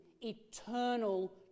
eternal